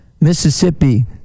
Mississippi